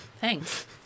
Thanks